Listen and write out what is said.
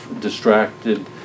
distracted